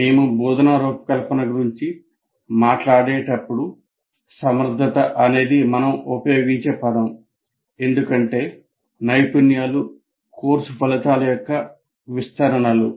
మేము బోధనా రూపకల్పన గురించి మాట్లాడేటప్పుడు సమర్థత అనేది మనం ఉపయోగించే పదం ఎందుకంటే నైపుణ్యాలు కోర్సు ఫలితాల యొక్క విస్తరణలు